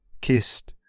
kissed